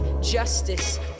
justice